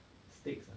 sticks ah